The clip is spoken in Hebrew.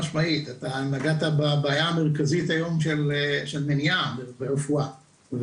אתה נגעת בבעיה המרכזית היום של מניעה ברפואה.